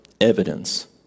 evidence